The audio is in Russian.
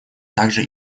также